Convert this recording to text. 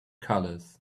colors